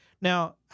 Now